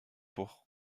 pour